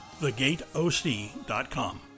thegateoc.com